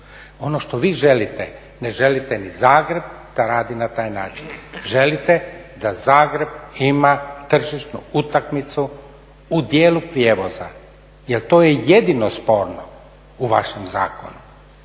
Ono što vi želite, ne želite ni Zagreb da radi na taj način. Želite da Zagreb ima tržišnu utakmicu u dijelu prijevoza jer to je jedino sporno u vašem zakonu.